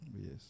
Yes